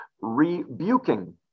Rebuking